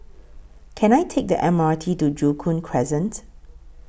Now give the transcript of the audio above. Can I Take The M R T to Joo Koon Crescent